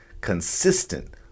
Consistent